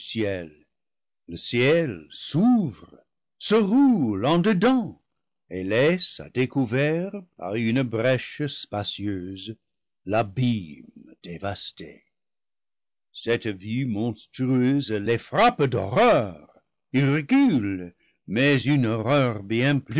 le ciel s'ouvre se roule en dedans et laissé à découvert par une brèche spa cieuse l'abîme dévasté cette vue monstrueuse les frappe d'hor reur ils reculent mais une horreur